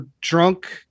drunk